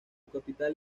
capital